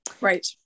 Right